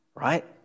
right